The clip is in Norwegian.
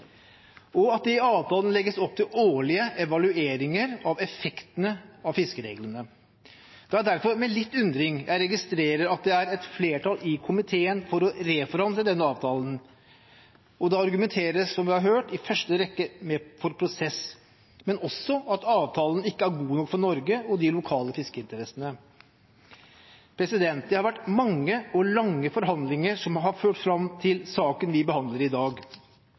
Og det legges i avtalen opp til årlige evalueringer av effektene av fiskereglene. Det er derfor med litt undring jeg registrerer at det er flertall i komiteen for å reforhandle denne avtalen. Det argumenteres, som vi har hørt, i første rekke for prosess, men også med at avtalen ikke er god nok for Norge og de lokale fiskeinteressene. Det har vært mange og lange forhandlinger som har ført fram til saken vi behandler i dag.